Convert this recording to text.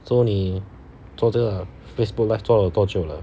so 你做这个 Facebook live 做了多久了